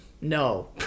No